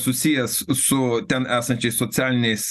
susijęs su ten esančiais socialiniais